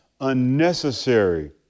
unnecessary